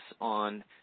on